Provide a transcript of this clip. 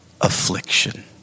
affliction